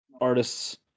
artists